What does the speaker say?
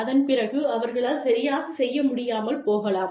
அதன் பிறகு அவர்களால் சரியாகச் செய்ய முடியாமல் போகலாம்